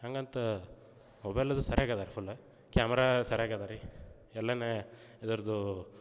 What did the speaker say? ಹಂಗಂತೆ mobile ಅದು ಸರಿಯಾಗಿ ಇದೆ ಫುಲ್ ಕ್ಯಾಮರಾ ಸರಿಯಾಗಿ ಇದೆ ರೀ ಎಲ್ಲವೆ ಇದರದ್ದು